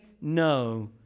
no